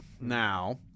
now